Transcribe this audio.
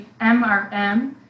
MRM